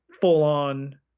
full-on